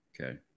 Okay